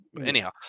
anyhow